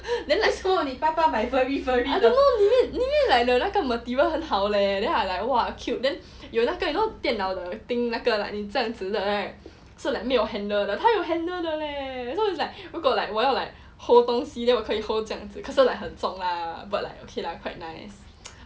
then like I don't know 里面里面的那个 material 很好 leh then I like !wah! cute then 有那个 you know 电脑 the thing 你这样子 right 是 like 没有 handle 的他有 handle 的 leh so it's like 如果 like 我要 like hold 东西 then 我可以 hold 这样子